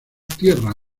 tierra